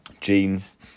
jeans